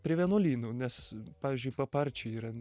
prie vienuolynų nes pavyzdžiui paparčiai yra